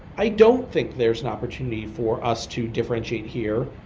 i don't think there's an opportunity for us to differentiate here.